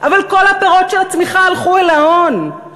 אבל כל הפירות של הצמיחה הלכו אל ההון.